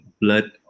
blood